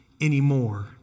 anymore